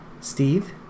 Steve